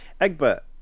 Egbert